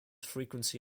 frequency